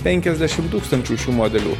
penkiasdešim tūkstančių šių modelių